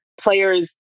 players